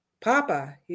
Papa